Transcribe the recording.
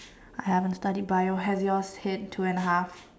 I haven't studied Bio have yours hit two and a half